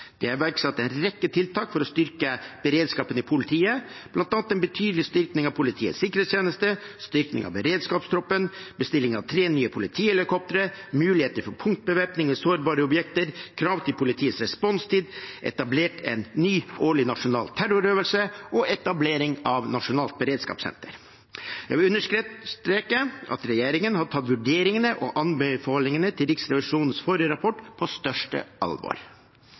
Det er iverksatt en rekke tiltak for å styrke beredskapen i politiet, bl.a. en betydelig styrking av Politiets sikkerhetstjeneste, styrking av beredskapstroppen, bestilling av tre nye politihelikoptre, muligheter for punktbevæpning ved sårbare objekter, krav til politiets responstid, etablering av en ny årlig nasjonal terrorøvelse og etablering av nasjonalt beredskapssenter. Jeg vil understreke at regjeringen har tatt vurderingene og anbefalingene fra Riksrevisjonens forrige rapport på største alvor.